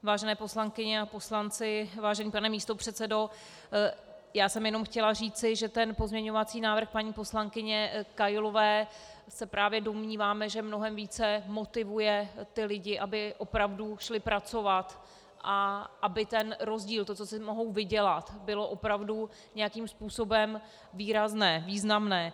Vážené poslankyně a poslanci, vážený pane místopředsedo, já jsem jenom chtěla říci, že ten pozměňovací návrh paní poslankyně Kailové se právě domníváme, že mnohem více motivuje ty lidi, aby opravdu šli pracovat a aby ten rozdíl, to, co si mohou vydělat, bylo opravdu nějakým způsobem výrazné, významné.